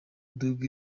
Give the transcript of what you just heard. dogg